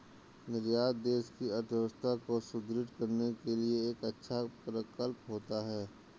निर्यात देश की अर्थव्यवस्था को सुदृढ़ करने के लिए एक अच्छा प्रकल्प होता है